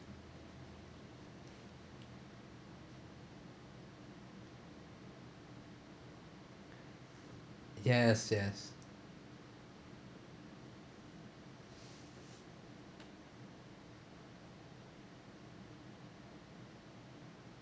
yes yes